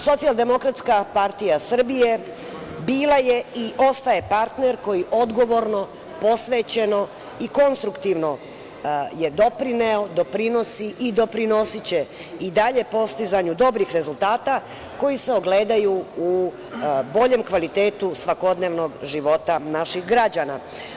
Socijaldemokratska partija Srbije bila je i ostaje partner koji odgovorno, posvećeno i konstruktivno je doprineo, doprinosi i doprinosiće i dalje postizanju dobrih rezultata koji se ogledaju u boljem kvalitetu svakodnevnog života naših građana.